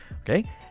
Okay